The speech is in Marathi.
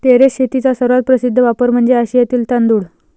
टेरेस शेतीचा सर्वात प्रसिद्ध वापर म्हणजे आशियातील तांदूळ